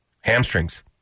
hamstrings